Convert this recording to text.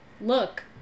look